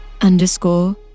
underscore